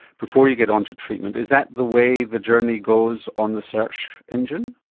before you get onto treatment. is that the way the journey goes on the search engine?